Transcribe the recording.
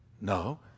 No